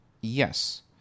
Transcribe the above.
Yes